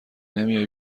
نمیای